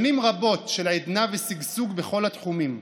שנים רבות של עדנה ושגשוג בכל התחומים: